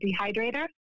dehydrator